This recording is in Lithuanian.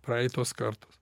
praeitos kartos